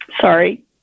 sorry